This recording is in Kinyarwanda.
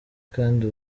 kandi